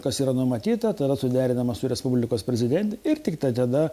kas yra numatyta tai yra suderinama su respublikos prezidente ir tiktai tada